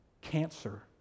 cancer